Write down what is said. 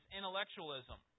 intellectualism